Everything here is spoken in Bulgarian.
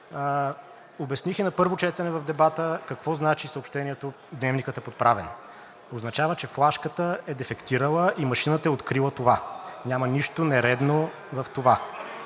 обясних и на първо четене в дебата какво значи съобщението „Дневникът е подправен“ – означава, че флашката е дефектирала и машината е открила това. Няма нищо нередно в това.